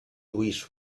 wish